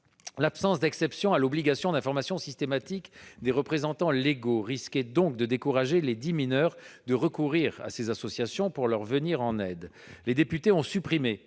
L'absence d'exception à l'obligation d'information systématique des représentants légaux risquait donc de décourager lesdits mineurs de recourir à ces associations pour leur venir en aide. Les députés ont supprimé